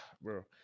Bro